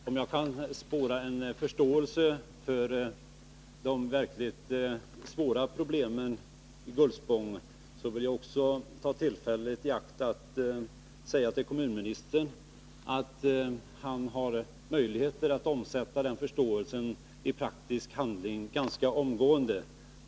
Herr talman! Jag tycker mig kunna spåra en förståelse för de verkligt svåra problemen i Gullspång, och jag vill också ta tillfället i akt att säga till kommunministern att han har möjlighet att omsätta den förståelsen i praktisk handling ganska omgående.